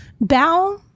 bow